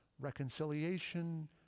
reconciliation